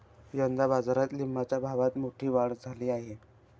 यंदा बाजारात लिंबाच्या भावात मोठी वाढ झाली आहे